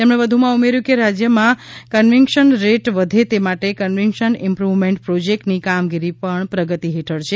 તેમણે વધુમાં ઉમેર્યું કે રાજ્યમાં કન્વિક્શન રેટ વધે તે માટે કન્વિક્શન ઇમ્પૂવમેન્ટ પ્રોજેક્ટની કામગીરી પણ પ્રગતિ હેઠળ છે